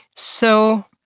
so,